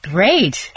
Great